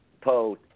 Poe